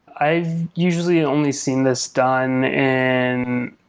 i've usually only seen this done and